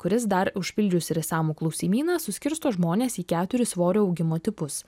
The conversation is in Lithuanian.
kuris dar užpildžius ir išsamų klausimyną suskirsto žmones į keturis svorio augimo tipus